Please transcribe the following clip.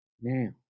Now